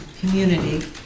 community